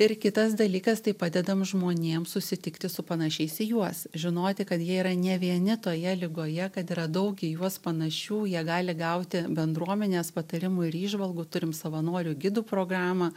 ir kitas dalykas tai padedam žmonėm susitikti su panašiais į juos žinoti kad jie yra ne vieni toje ligoje kad yra daug į juos panašių jie gali gauti bendruomenės patarimų ir įžvalgų turim savanorių gidų programą